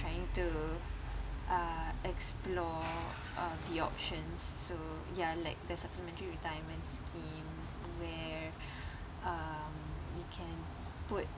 trying to uh explore uh the options so ya like the supplementary retirement scheme where um you can put